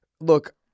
Look